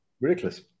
ridiculous